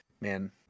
man